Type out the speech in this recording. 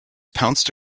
pounced